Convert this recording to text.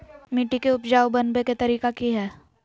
मिट्टी के उपजाऊ बनबे के तरिका की हेय?